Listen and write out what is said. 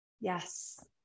Yes